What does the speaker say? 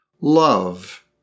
Love